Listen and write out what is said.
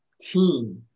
team